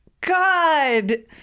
God